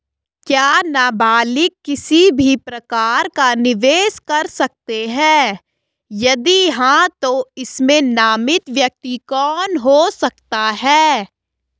क्या नबालिग किसी भी प्रकार का निवेश कर सकते हैं यदि हाँ तो इसमें नामित व्यक्ति कौन हो सकता हैं?